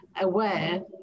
aware